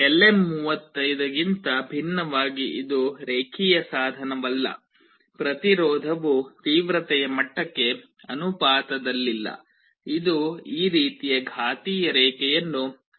LM35 ಗಿಂತ ಭಿನ್ನವಾಗಿ ಇದು ರೇಖೀಯ ಸಾಧನವಲ್ಲ ಪ್ರತಿರೋಧವು ತೀವ್ರತೆಯ ಮಟ್ಟಕ್ಕೆ ಅನುಪಾತದಲ್ಲಿಲ್ಲ ಇದು ಈ ರೀತಿಯ ಘಾತೀಯ ರೇಖೆಯನ್ನು ಅನುಸರಿಸುತ್ತದೆ